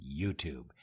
YouTube